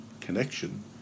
connection